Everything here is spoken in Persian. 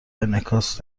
انعکاس